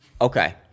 Okay